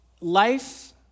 life